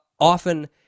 Often